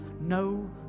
No